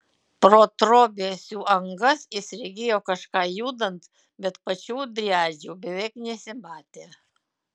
pro trobesių angas jis regėjo kažką judant bet pačių driadžių beveik nesimatė